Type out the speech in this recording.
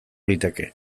liteke